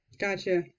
Gotcha